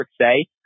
say